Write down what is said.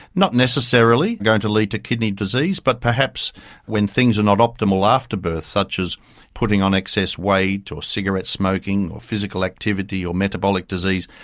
not necessarily going to lead to kidney disease but perhaps when things are not optimal after birth, such as putting on excess weight or cigarette smoking or physical activity or metabolic disease,